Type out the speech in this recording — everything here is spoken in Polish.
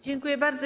Dziękuje bardzo.